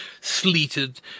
sleeted